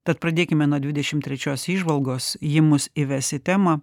tad pradėkime nuo dvidešim trečios įžvalgos ji mus įves į temą